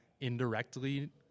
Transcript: indirectly